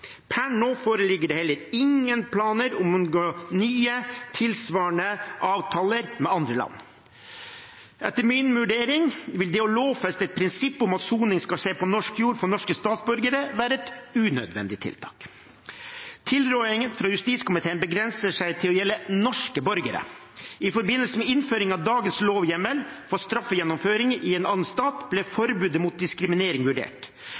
Per nå foreligger det heller ingen planer om nye, tilsvarende avtaler med andre land. Etter min vurdering vil det å lovfeste et prinsipp om at soning skal skje på norsk jord for norske statsborgere, være et unødvendig tiltak. Tilrådingen fra justiskomiteen begrenser seg til å gjelde norske borgere. I forbindelse med innføring av dagens lovhjemmel for straffegjennomføring i en annen stat ble forbudet mot diskriminering vurdert.